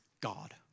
God